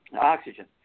oxygen